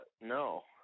No